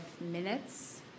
minutes